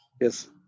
Yes